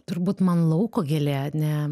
turbūt man lauko gėlė ne